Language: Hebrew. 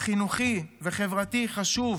חינוכי וחברתי חשוב,